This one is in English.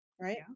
Right